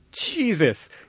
Jesus